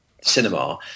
cinema